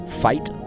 fight